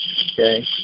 Okay